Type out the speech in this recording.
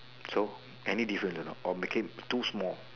so any difference a not or make it too small